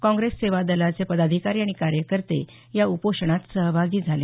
काँग्रेस सेवादलाचे पदाधिकारी आणि कार्यकर्ते या उपोषणात सहभागी झाले